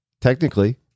Technically